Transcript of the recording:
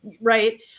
right